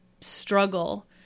struggle